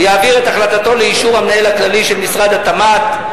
הוא יעביר את החלטתו לאישור המנהל הכללי של משרד התמ"ת,